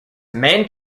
man